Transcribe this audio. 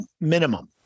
minimum